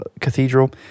Cathedral